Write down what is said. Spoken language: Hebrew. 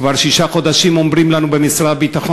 כבר שישה חודשים אומרים לנו במשרד הביטחון